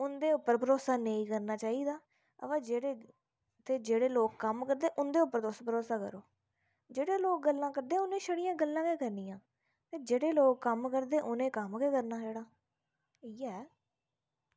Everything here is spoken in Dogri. उंदे उपर भरोसा नेईं़ करना चाहिदा अबा जेहडे़ जेहडे़ लोक कम्म करदे उंदे उपर तुस भरोसा करो जेहडे़ लोक गल्लां करदे उनें छड़ियां गल्लां गै करनियां जेहडे़ लोक कम्म करदे उनेंम कम्म गै करना छडा़ इयै है